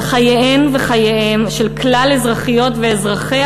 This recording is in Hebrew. על חייהן וחייהם של כלל האזרחיות והאזרחים